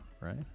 Right